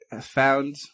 found